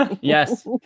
Yes